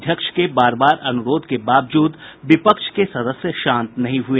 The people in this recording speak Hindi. अध्यक्ष के बार बार अनुरोध के बावजूद विपक्ष के सदस्य शांत नहीं हुए